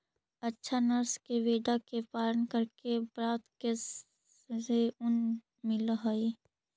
अच्छा नस्ल के भेडा के पालन करके प्राप्त केश से ऊन मिलऽ हई